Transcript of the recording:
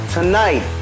Tonight